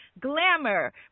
Glamour